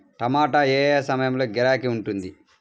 టమాటా ఏ ఏ సమయంలో గిరాకీ ఉంటుంది?